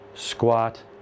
squat